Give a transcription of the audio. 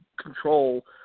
control